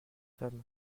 femme